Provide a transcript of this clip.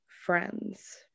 friends